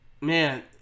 man